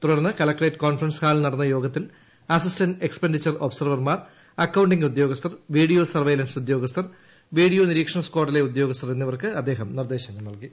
തുടർന്ന് collectorate conference ഹാളിൽ നടന്ന യോഗത്തിൽ അസിസ്റ്റന്റ് എക്സ്പെന്റിച്ചർ ഒബ്സർവർമാർ അക്കൌണ്ടിംഗ് ഉദ്യോഗസ്ഥർ വീഡിയോ സർവയലൻസ് ഉദ്യോഗസ്ഥർ വീഡിയോ നിരീക്ഷണ സ്ക്വാഡിലെ ഉദ്യോഗസ്ഥർ എന്നിവർക്ക് അദ്ദേഹം നിർദേശങ്ങൾ നൽകി